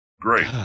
Great